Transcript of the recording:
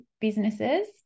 businesses